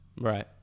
Right